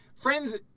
Friends